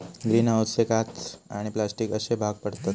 green हाऊसचे काच आणि प्लास्टिक अश्ये भाग पडतत